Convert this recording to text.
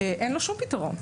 אין לו שום פתרון,